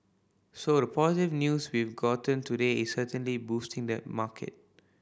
so the positive news we've gotten today is certainly boosting the market